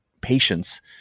patience